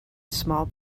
small